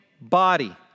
body